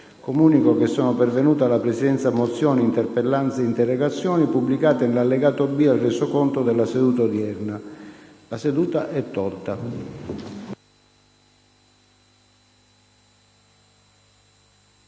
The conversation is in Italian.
Comunico che sono pervenute alla Presidenza mozioni, interpellanze e interrogazioni, pubblicate nell’allegato B al Resoconto della seduta odierna. Ordine del